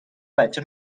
بچه